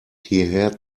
hierher